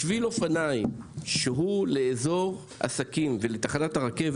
שביל אופניים שהוא לאזור עסקים ולתחנת הרכבת